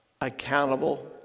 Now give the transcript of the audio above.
accountable